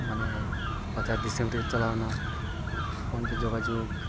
ᱢᱟᱱᱮ ᱵᱟᱡᱟᱨ ᱫᱤᱥᱚᱢ ᱨᱮᱭ ᱪᱟᱞᱟᱣᱮᱱᱟ ᱯᱷᱳᱱ ᱛᱮ ᱡᱳᱜᱟᱡᱳᱜ